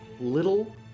little